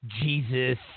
Jesus